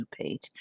page